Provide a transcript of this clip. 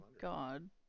god